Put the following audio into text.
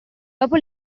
dopo